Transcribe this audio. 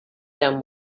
them